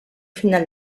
final